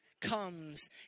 comes